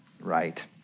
right